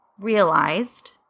realized